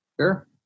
Sure